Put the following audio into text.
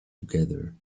together